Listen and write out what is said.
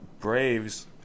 Braves